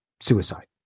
suicide